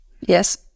Yes